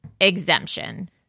exemption